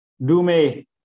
Dume